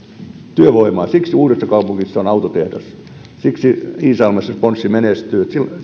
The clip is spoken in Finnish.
työvoimaa siksi uudessakaupungissa on autotehdas siksi iisalmessa ponsse menestyy se